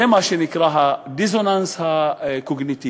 זה מה שנקרא הדיסוננס הקוגניטיבי.